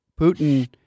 Putin